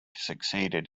succeeded